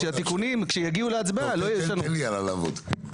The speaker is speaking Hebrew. שהתיקונים כשיגיעו להצבעה לא --- אוקיי תן לי הלאה לעבוד.